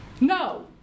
No